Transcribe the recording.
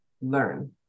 learn